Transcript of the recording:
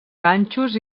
ganxos